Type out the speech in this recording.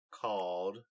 called